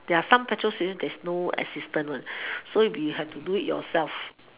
there are some petrol station there's no assistance one so you have to do it yourself